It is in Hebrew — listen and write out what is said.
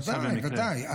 ודאי, ודאי.